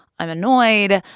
i'm annoyed,